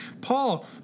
Paul